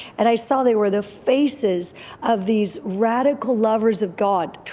and i saw they were the faces of these radical lovers of god.